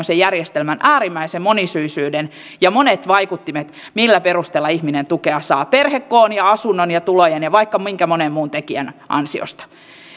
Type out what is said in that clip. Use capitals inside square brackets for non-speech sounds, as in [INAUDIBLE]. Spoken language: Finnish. [UNINTELLIGIBLE] sen järjestelmän äärimmäisen monisyisyyden ja monet vaikuttimet millä perusteella ihminen tukea saa perhekoon asunnon tulojen ja vaikka minkä monen muun tekijän ansiosta